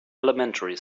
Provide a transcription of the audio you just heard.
elementary